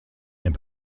and